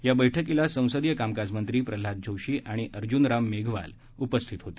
या बैठकीला संसदीय कामकाज मंत्री प्रल्हाद जोशी आणि अर्जुन राम मेघवाल आदी उपस्थित होते